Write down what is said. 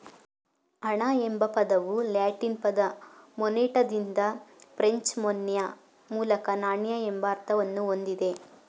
ಹಣ ಎಂಬ ಪದವು ಲ್ಯಾಟಿನ್ ಪದ ಮೊನೆಟಾದಿಂದ ಫ್ರೆಂಚ್ ಮೊನ್ಯೆ ಮೂಲಕ ನಾಣ್ಯ ಎಂಬ ಅರ್ಥವನ್ನ ಹೊಂದಿದೆ